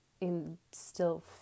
instill